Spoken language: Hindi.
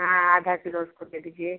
हाँ आधा किलो उसको दे दीजिए